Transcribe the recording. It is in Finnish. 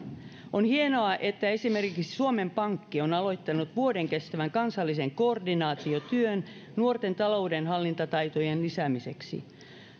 on hienoa että esimerkiksi suomen pankki on aloittanut vuoden kestävän kansallisen koordinaatiotyön nuorten taloudenhallintataitojen lisäämiseksi